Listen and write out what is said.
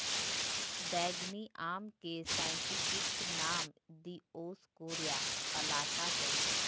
बैंगनी आम के साइंटिफिक नाम दिओस्कोरेआ अलाटा हइ